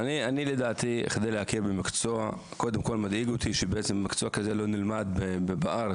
לדעתי כדי להכיר במקצוע קודם כול מדאיג אותי שמקצוע כזה לא נלמד בארץ,